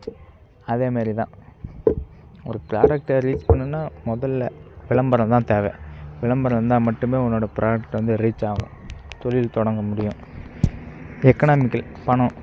அதேமாதிரிதான் ஒரு புராடக்டை ரீச் பண்ணனும்னா முதல்ல விளம்பரம்தான் தேவை விளம்பரம் இருந்தால் மட்டுமே உன்னோடய புராடக்ட் வந்து ரீச் ஆகும் தொழில் தொடங்க முடியும் எக்கனாமிக்கல் பணம்